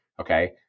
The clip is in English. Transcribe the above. Okay